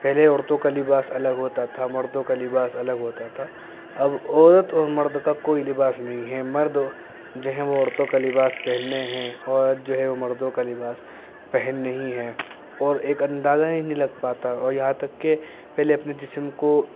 پہلے عورتوں کا لباس الگ ہوتا تھا مردوں کا لباس الگ ہوتا تھا اب عورت اور مرد کا کوئی لباس نہیں ہے مرد جو ہے وہ عورتوں کا لباس پہننے ہیں عورت جو ہے وہ مردوں کا لباس پہن نہیں ہے اور ایک اندازہ ہی نہیں لگ پاتا اور یہاں تک کہ پہلے اپنے جسم کو